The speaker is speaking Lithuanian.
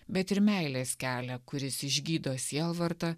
bet ir meilės kelią kuris išgydo sielvartą